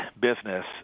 business